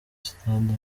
sitade